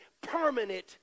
permanent